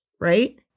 right